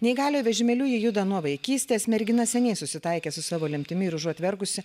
neįgaliojo vežimėliu ji juda nuo vaikystės mergina seniai susitaikė su savo lemtimi ir užuot verkusi